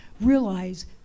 realize